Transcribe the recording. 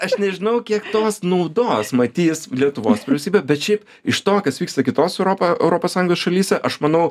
aš nežinau kiek tos naudos matys lietuvos vyriausybė bet šiaip iš to kas vyksta kitose europa europos sąjungos šalyse aš manau